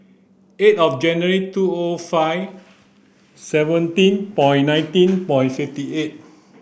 eight of January two O five seventeen by nineteen by fifty eight